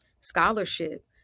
scholarship